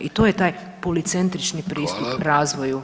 I to je taj policentrični pristup [[Upadica: Hvala.]] razvoju.